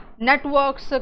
networks